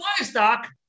livestock